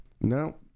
No